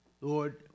Lord